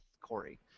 Corey